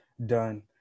done